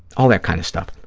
all that kind of stuff.